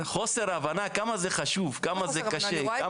חוסר הבנה כמה זה חשוב, כמה זה קשה.